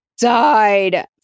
died